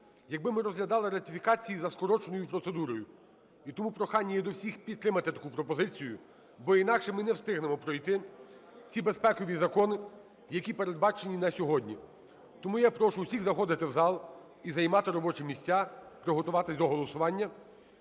якби ми розглядали ратифікації за скороченою процедурою. І тому прохання є до всіх підтримати таку пропозицію, бо інакше ми не встигнемо пройти ці безпекові закони, які передбачені на сьогодні. Тому я прошу всіх заходити в залі займати робочі місця, приготуватися до голосування.